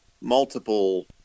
multiple